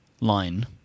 line